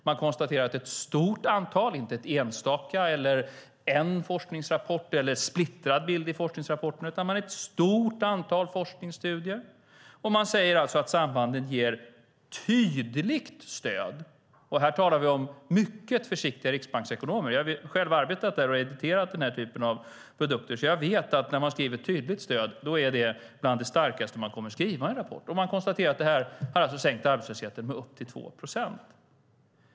Man konstaterar att ett stort antal forskningsstudier - det är alltså inte någon enstaka forskningsrapport eller en splittrad bild i forskningsrapporten - säger att sambanden ger tydligt stöd. Och här talar vi om mycket försiktiga riksbanksekonomer. Jag har själv arbetat där och ederat den här typen av produkter, så jag vet att när man skriver "tydligt stöd" är det bland det starkaste man skriver i en rapport. Man konstaterar att jobbskatteavdraget har sänkt arbetslösheten med upp till 2 procent.